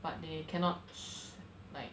but they cannot sh~ like